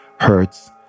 hurts